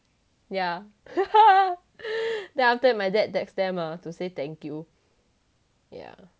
yeah then after that my dad text them ah to say thank you yeah